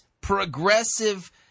progressive